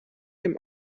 him